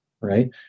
right